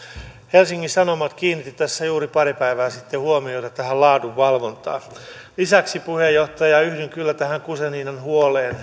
helsingin sanomat kiinnitti tässä juuri pari päivää sitten huomiota tähän laadunvalvontaan lisäksi puheenjohtaja yhdyn kyllä tähän edustaja guzeninan huoleen